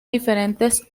diferentes